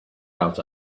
out